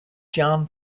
john